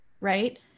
Right